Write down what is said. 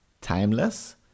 timeless